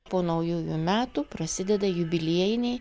po naujųjų metų prasideda jubiliejiniai